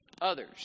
others